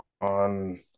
on